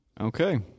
Okay